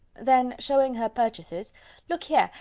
then, showing her purchases look here,